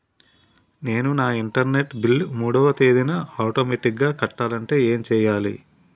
నేను నా internet bill మూడవ తేదీన ఆటోమేటిగ్గా కట్టాలంటే ఏం చేయాలి?